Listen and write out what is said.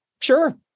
sure